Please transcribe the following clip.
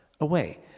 away